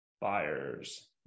buyers